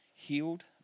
Healed